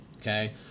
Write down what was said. Okay